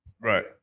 Right